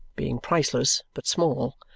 being priceless but small.